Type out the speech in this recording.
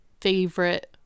favorite